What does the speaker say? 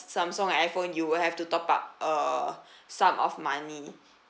samsung and iphone you will have to top up a sum of money